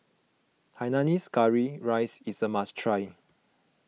Hainanese Curry Rice is a must try